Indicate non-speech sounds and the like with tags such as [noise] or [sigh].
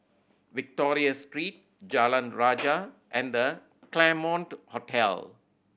Victoria Street Jalan [noise] Rajah and The Claremont Hotel